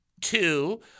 Two